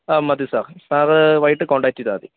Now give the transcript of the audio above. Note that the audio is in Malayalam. ആ മതി സാർ സാര് വൈകിട്ട് കോൺടാക്ട് ചെയ്താല് മതി